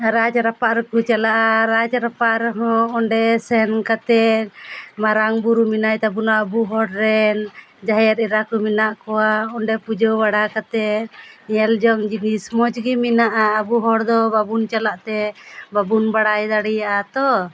ᱨᱟᱡᱽ ᱨᱟᱯᱟᱜ ᱨᱮᱠᱚ ᱪᱟᱞᱟᱜᱼᱟ ᱨᱟᱡᱽ ᱨᱟᱯᱟᱜ ᱨᱮᱦᱚᱸ ᱚᱸᱰᱮ ᱥᱮᱱ ᱠᱟᱛᱮᱫ ᱢᱟᱨᱟᱝ ᱵᱩᱨᱩ ᱢᱮᱱᱟᱭ ᱛᱟᱵᱚᱱᱟ ᱟᱵᱚ ᱦᱚᱲ ᱨᱮᱱ ᱡᱟᱦᱮᱨ ᱮᱨᱟ ᱠᱚ ᱢᱮᱱᱟᱜ ᱠᱚᱣᱟ ᱚᱸᱰᱮ ᱯᱩᱡᱟᱹ ᱵᱟᱲᱟ ᱠᱟᱛᱮᱫ ᱧᱮᱞ ᱡᱚᱝ ᱡᱤᱱᱤᱥ ᱢᱚᱡᱽ ᱜᱮ ᱢᱮᱱᱟᱜᱼᱟ ᱟᱵᱚ ᱦᱚᱲ ᱫᱚ ᱵᱟᱵᱚᱱ ᱪᱟᱞᱟᱜ ᱛᱮ ᱵᱟᱵᱚᱱ ᱵᱟᱲᱟᱭ ᱫᱟᱲᱮᱭᱟᱜᱼᱟ ᱛᱚ